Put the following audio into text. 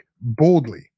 boldly